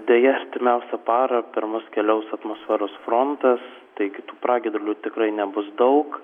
deja artimiausią parą per mus keliaus atmosferos frontas taigi tų pragiedrulių tikrai nebus daug